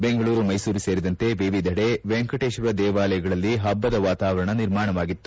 ಬೆಂಗಳೂರು ಮೈಸೂರು ಸೇರಿದಂತೆ ವಿವಿಧಡೆ ವೆಂಕಟೇಶ್ವರ ದೇವಾಲಯಗಳಲ್ಲಿ ಹಬ್ಬದ ವಾತಾವರಣ ನಿರ್ಮಾಣವಾಗಿತ್ತು